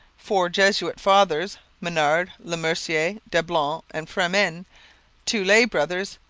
four jesuit fathers menard, le mercier, dablon, and fremin two lay brothers,